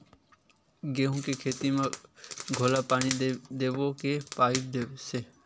गेहूं के खेती म घोला पानी देबो के पाइप से?